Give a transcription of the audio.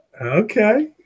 okay